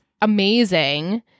amazing